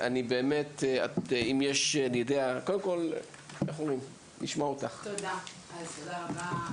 נרצה לשמוע אותך, ותודה שבאת.